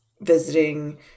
visiting